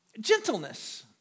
Gentleness